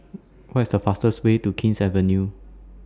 What IS The fastest Way to King's Avenue